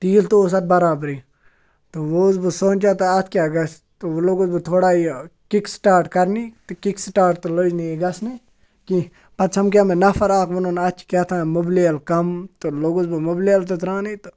تیٖل تہِ اوس اَتھ بَرابَرٕے تہٕ وۅنۍ اوسُس بہٕ سونچان تہٕ اَتھ کیٛاہ گَژھِ تہٕ وۅنۍ لوٚگُس بہٕ تھوڑا یہِ کِک سِٹاٹ کَرنہِ تہٕ کِک سِٹاٹ تہٕ لٔج نہٕ یہِ گَژھنہِ کیٚنٛہہ پَتہٕ سَمکھیٚوو مےٚ نَفَر اَکھ ووٚنُن اَتھ چھِ کیٛاہتانۍ مُبلیل کَم تہٕ لوٚگُس بہٕ مُبلیل تہِ تہٕ ترٛاونہِ تہٕ